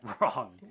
wrong